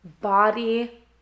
body